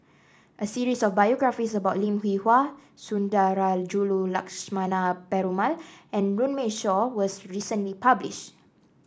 a series of biographies about Lim Hwee Hua Sundarajulu Lakshmana Perumal and Runme Shaw was recently published